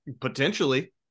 Potentially